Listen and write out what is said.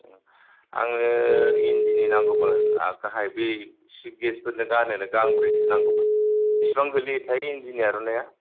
आंनो इन्दिनि नांगौमोन ओमफ्रायहाय बै चिफ गेस्टफोरनो गानहोनो गांब्रैसो नांगौमोन बेसेबां गोग्लैयोथाय इन्दिनि आर'नाइया